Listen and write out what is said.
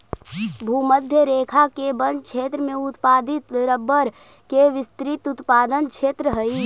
भूमध्य रेखा के वन क्षेत्र में उत्पादित रबर के विस्तृत उत्पादन क्षेत्र हइ